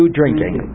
drinking